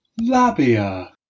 Labia